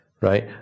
right